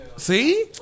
see